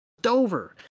Dover